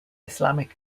islamic